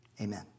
Amen